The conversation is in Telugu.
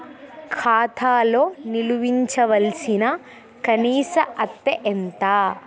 ఖాతా లో నిల్వుంచవలసిన కనీస అత్తే ఎంత?